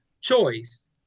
choice